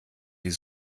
die